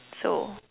so